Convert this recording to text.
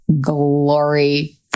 glory